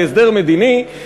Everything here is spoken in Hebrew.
להסדר מדיני,